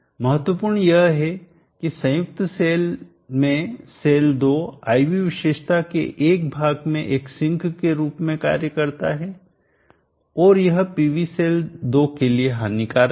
महत्वपूर्ण यह है की संयुक्त सेल में सेल 2 I V विशेषता के एक भाग में एक सिंक के रूप में कार्य करता है और यह पीवी सेल 2 के लिए हानिकारक है